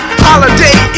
holiday